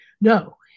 No